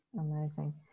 amazing